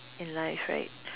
in life right